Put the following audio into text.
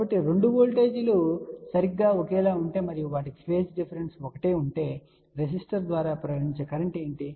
కాబట్టి 2 వోల్టేజీలు సరిగ్గా ఒకేలా ఉంటే మరియు వాటికి ఒకే పేజ్ డిఫరెన్స్ ఉంటే రెసిస్టర్ ద్వారా ప్రవహించే కరెంట్ ఏమిటి